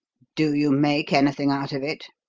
do you make anything out of it?